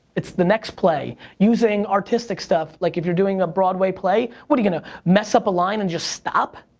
it's the next play. using artistic stuff, like if you're doing a broadway play, what are you gonna mess up a line and just stop?